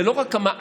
זה לא רק המעקב.